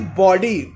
body